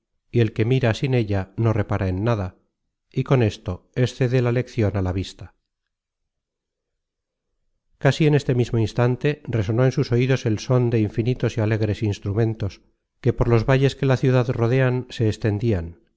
y el que mira sin ella no repara en nada y con esto excede la leccion a la vista casi en este mismo instante resonó en sus oidos el són de infinitos y alegres instrumentos que por los valles que la ciudad rodean se extendian